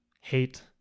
hate